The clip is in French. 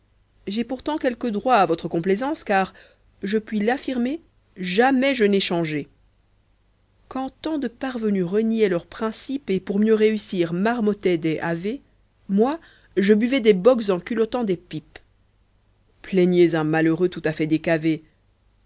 j'ai pourtant quelque droit à votre complaisance car je puis l'affirmer jamais je n'ai changé quand tant de parvenus reniaient leurs principes et pour mieux réussir marmotaient des ave moi je buvais des bocks en culottant des pipes plaignez un malheureux tout-à-fait décavé